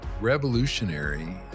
revolutionary